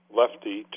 lefty